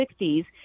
60s